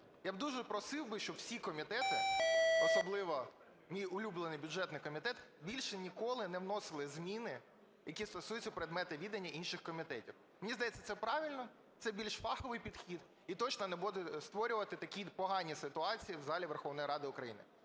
Я б дуже просив би, щоб всі комітети, особливо мій улюблений бюджетний комітет, більше ніколи не вносили зміни, які стосуються предмету відання інших комітетів. Мені здається, це правильно, це більш фаховий підхід і точно не буде створювати такі погані ситуації в залі Верховної Ради України.